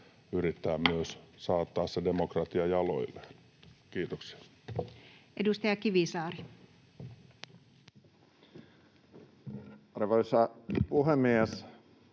koputtaa] saattaa se demokratia jaloilleen. — Kiitoksia. Edustaja Kivisaari. Arvoisa puhemies!